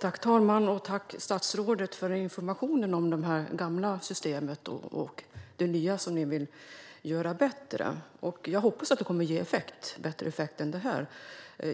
Fru talman! Jag tackar statsrådet för informationen om det gamla systemet och om det nya, som vi vill ska fungera bättre. Jag hoppas att det kommer att ge bättre effekt.